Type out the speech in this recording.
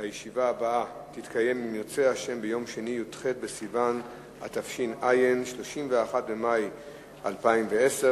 והשירותים החברתיים ביום כ"ח באייר תש"ע (12 במאי 2010):